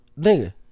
nigga